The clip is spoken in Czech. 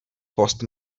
post